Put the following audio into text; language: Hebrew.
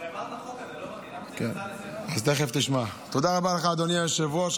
לך, אדוני היושב-ראש.